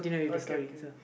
okay okay